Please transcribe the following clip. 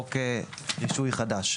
חוק רישוי חדש.